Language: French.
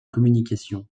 communication